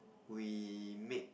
we make